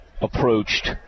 approached